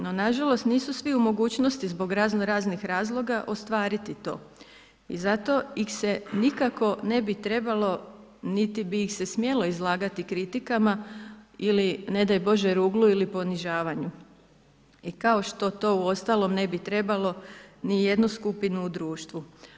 No nažalost nisu svi u mogućnosti zbog raznoraznih razloga ostvariti to i zato ih se nikako ne bi trebalo niti bi ih se smjelo izlagati kritikama ili ne daj Bože ruglu ili ponižavanju i kao što to uostalom ne bi trebalo nijednu skupinu u društvu.